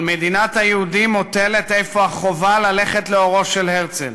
על מדינת היהודים מוטלת אפוא החובה ללכת לאורו של הרצל,